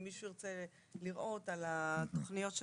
אם מישהו ירצה לראות על התוכניות שלנו.